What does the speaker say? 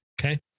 Okay